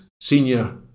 senior